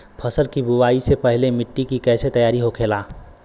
फसल की बुवाई से पहले मिट्टी की कैसे तैयार होखेला?